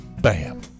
Bam